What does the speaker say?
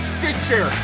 Stitcher